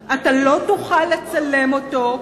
אתה לא תוכל לצלם אותו,